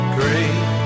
great